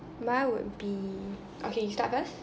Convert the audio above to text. mine would be okay you start first